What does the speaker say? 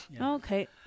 Okay